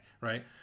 right